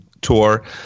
tour